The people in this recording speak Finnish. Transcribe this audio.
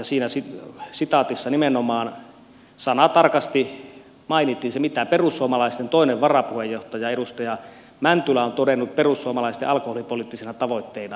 siinä sitaatissa nimenomaan sanatarkasti mainittiin se mitä perussuomalaisten toinen varapuheenjohtaja edustaja mäntylä on todennut perussuomalaisten alkoholipoliittisina tavoitteina